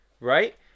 right